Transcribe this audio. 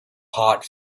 hot